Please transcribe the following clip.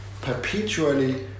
perpetually